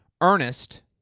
Ernest